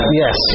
yes